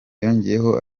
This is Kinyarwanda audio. yongeyeho